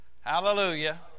Hallelujah